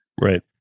right